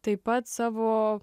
taip pat savo